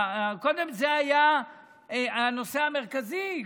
קודם זה היה הנושא המרכזי,